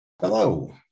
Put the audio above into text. Hello